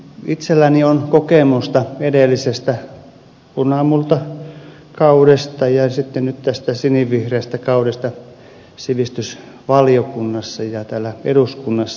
itselläni on kokemusta edellisestä punamultakaudesta ja sitten nyt tästä sinivihreästä kaudesta sivistysvaliokunnassa ja täällä eduskunnassa